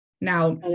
Now